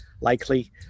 likely